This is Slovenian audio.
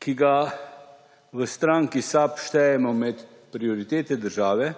ki ga v stranki SAB štejemo med prioritete države,